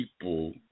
people